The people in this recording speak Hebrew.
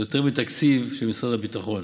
זה יותר מהתקציב של משרד הביטחון.